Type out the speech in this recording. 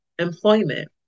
Employment